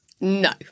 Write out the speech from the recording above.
No